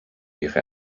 ihre